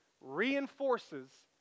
reinforces